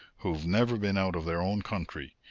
who've never been out of their own country,